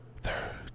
Third